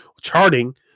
charting